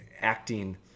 acting